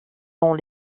dans